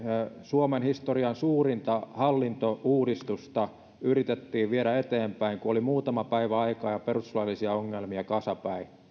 suomen historian suurinta hallintouudistusta yritettiin viedä eteenpäin kun oli muutama päivä aikaa ja perustuslaillisia ongelmia kasapäin